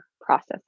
process